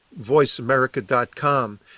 VoiceAmerica.com